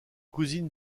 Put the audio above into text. cousine